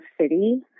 city